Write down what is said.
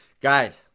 Guys